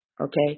Okay